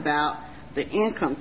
about the income